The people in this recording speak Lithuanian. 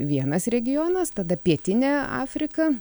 vienas regionas tada pietinė afrika